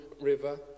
River